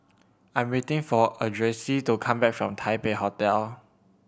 I am waiting for Ardyce to come back from Taipei Hotel